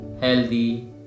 healthy